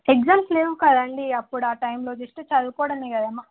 exams లేవు కదండి అప్పుడు ఆ టైంలో జస్ట్ చదువుకోవడం కదా అమ్మ